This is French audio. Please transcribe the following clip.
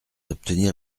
obtenir